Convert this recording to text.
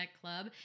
Club